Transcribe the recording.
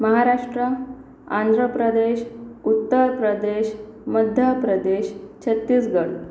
Maharashtra Andhra Pradesh Uttar Pradesh Madhya Pradesh Chhattisgarh